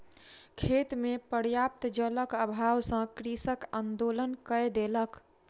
खेत मे पर्याप्त जलक अभाव सॅ कृषक आंदोलन कय देलक